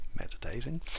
meditating